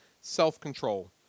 self-control